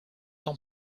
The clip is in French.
ans